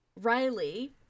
Riley